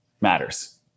matters